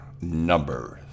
number